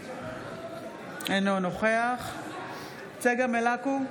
אינו נוכח צגה מלקו,